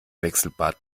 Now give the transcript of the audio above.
wechselbad